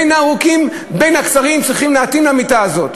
בין הארוכים ובין הקצרים צריכים להתאים למיטה הזאת.